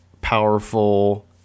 powerful